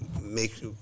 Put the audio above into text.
make